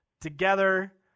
together